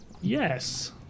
Yes